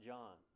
John